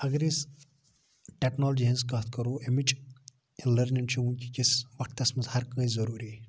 اَگَر أسۍ ٹیٚکنالجی ہٕنٛز کتھ کرو امِچ لٔرنِنٛگ چھِ وٕنکِکِس وَقتَس مَنٛز ہر کٲنٛسہِ ضوٚروٗری